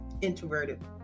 introverted